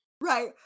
right